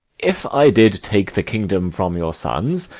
if i did take the kingdom from your sons,